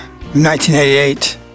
1988